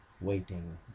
waiting